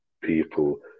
people